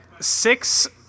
Six